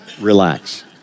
relax